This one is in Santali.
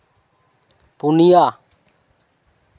ᱯᱩᱱᱭᱟ